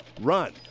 run